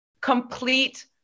Complete